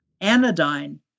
anodyne